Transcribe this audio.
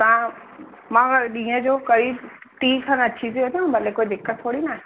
हा मां ॾींहं जो करीब टी खनि अची थी वञा भले कोई दिक़त थोरी न आहे